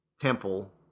temple